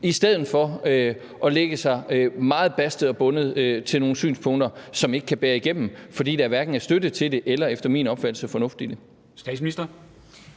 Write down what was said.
i stedet for at man baster og binder sig til nogle synspunkter, som ikke kan bære igennem, fordi der hverken er støtte til det eller efter min opfattelse fornuft i det.